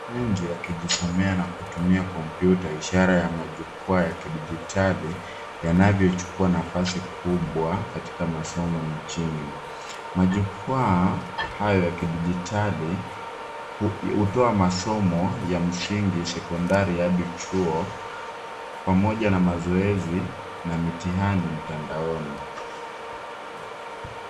Mwanafunzi akijisomea na kutumia kompyuta ishara ya majukwa ya kidijitali, yanavyochukua nafasi kubwa katika masomo nchini. Majukwaa hayo ya kidijitali hutoa masomo ya msingi, sekondari, hadi chuo, pamoja na mazoezi na mitihani mtandaoni.